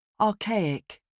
Archaic